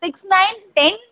six nine ten